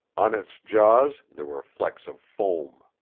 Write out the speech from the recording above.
on its jaws there were flecks of foam.